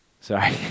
sorry